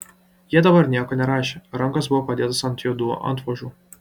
jie dabar nieko nerašė rankos buvo padėtos ant juodų antvožų